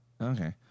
okay